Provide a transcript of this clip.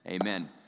amen